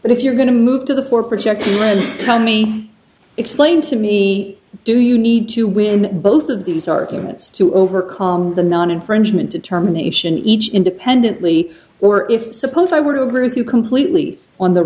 but if you're going to move to the for project rooms tell me explain to me do you need to win both of these arguments to overcome the non infringement determination each independently or if suppose i were to agree with you completely on the